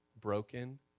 broken